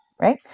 right